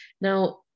Now